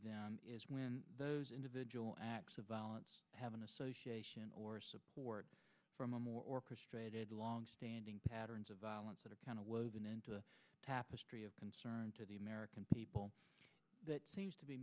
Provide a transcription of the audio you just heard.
is when those individual acts of violence have an association or support from a more orchestrated longstanding patterns of violence that are kind of woven into the tapestry of concern to the american people that seems to be